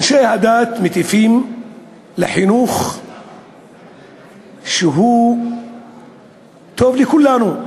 אנשי הדת מטיפים לחינוך שהוא טוב לכולנו.